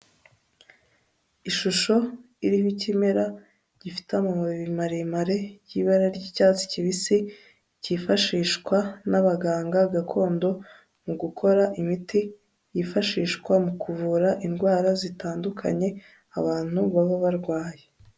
Ishusho iriho ikimera gifite amababi maremare y'ibara ry'icyatsi kibisi cyifashishwa n'abaganga gakondo, mu gukora imiti yifashishwa mu kuvura indwara zitandukanye abantu baba barwaye.